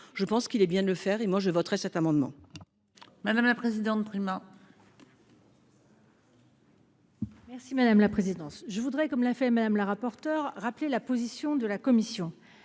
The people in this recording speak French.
je pense qu'il est bien de le faire et moi, je voterai cet amendement. Madame la présidente Prima. Merci madame la présidence je voudrais comme l'a fait madame la rapporteure rappelé la position de la commission.